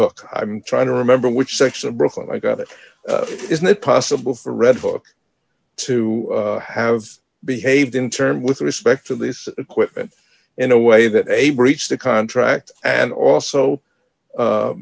hook i'm trying to remember which section of brooklyn i got it is not possible for redbook to have behaved in term with respect to this equipment in a way that a breach the contract and also